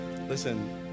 Listen